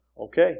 Okay